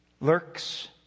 lurks